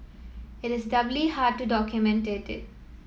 it is doubly hard to document it